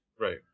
Right